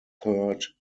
third